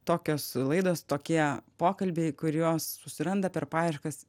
tokios laidos tokie pokalbiai kuriuos susiranda per paieškas